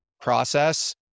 process